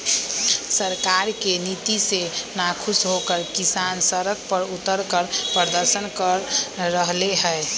सरकार के नीति से नाखुश होकर किसान सड़क पर उतरकर प्रदर्शन कर रहले है